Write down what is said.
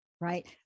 right